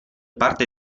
parte